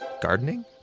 Gardening